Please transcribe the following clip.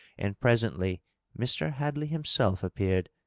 and presently mr. hadley himself appeared,